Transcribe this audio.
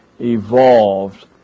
evolved